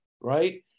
right